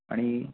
आणि